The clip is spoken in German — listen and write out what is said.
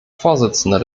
vorsitzender